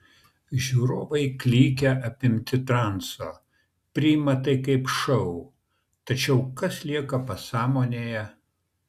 žiūrovai klykia apimti transo priima tai kaip šou tačiau kas lieka pasąmonėje